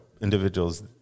individuals